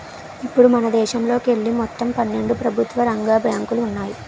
ఇప్పుడు మనదేశంలోకెళ్ళి మొత్తం పన్నెండు ప్రభుత్వ రంగ బ్యాంకులు ఉన్నాయి